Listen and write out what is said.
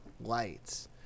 lights